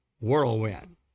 whirlwind